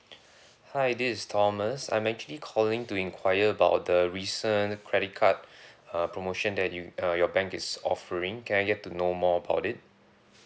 hi this is thomas I'm actually calling to enquire about the recent credit card uh promotion that you uh your bank is offering can I get to know more about it